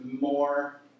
more